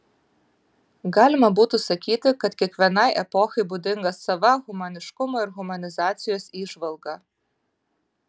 galima būtų sakyti kad kiekvienai epochai būdinga sava humaniškumo ir humanizacijos įžvalga